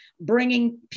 bringing